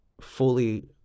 fully